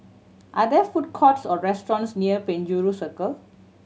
are there food courts or restaurants near Penjuru Circle